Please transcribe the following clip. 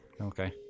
okay